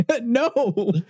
No